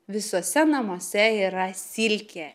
visuose namuose yra silkė